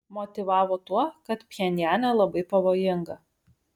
motyvavo tuo kad pchenjane labai pavojinga